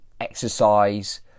exercise